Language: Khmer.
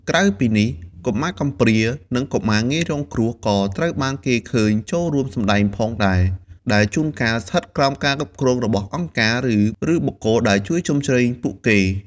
ក្រៅពីនេះ កុមារកំព្រា និង កុមារងាយរងគ្រោះ ក៏ត្រូវបានគេឃើញចូលរួមសម្ដែងផងដែរ ដែលជួនកាលស្ថិតក្រោមការគ្រប់គ្រងរបស់អង្គការ ឬបុគ្គលដែលជួយជ្រោមជ្រែងពួកគេ។